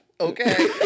Okay